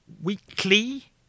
weekly